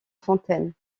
fontaines